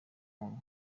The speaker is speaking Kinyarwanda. munwa